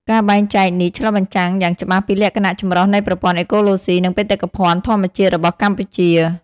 ការបែងចែកនេះឆ្លុះបញ្ចាំងយ៉ាងច្បាស់ពីលក្ខណៈចម្រុះនៃប្រព័ន្ធអេកូឡូស៊ី និងបេតិកភណ្ឌធម្មជាតិរបស់កម្ពុជា។